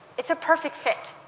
it's a perfect fit.